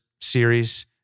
series